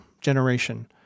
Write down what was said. generation